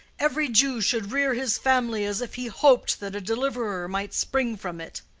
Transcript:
every jew should rear his family as if he hoped that a deliverer might spring from it